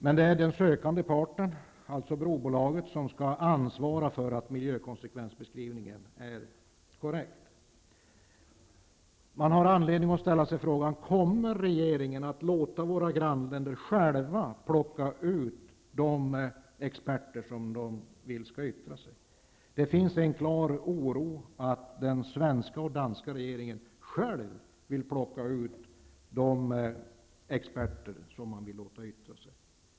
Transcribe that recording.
Men det är den sökanden parten, dvs. brobolaget som skall ansvara för att miljökonsekvensbeskrivningen är korrekt. Kommer regeringen att låta våra grannländer själva plocka ut de experter som de vill skall yttra sig? Det finns en klar oro att den svenska och den danska regeringen själva vill plocka ut de experter som man vill låta yttra sig.